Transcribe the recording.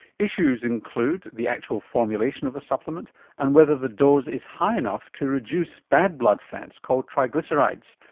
issues include the actual formulation of the supplement and whether the dose is high enough to reduce bad blood fats called triglycerides.